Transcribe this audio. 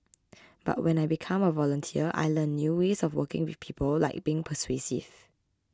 but when I become a volunteer I learn new ways of working with people like being persuasive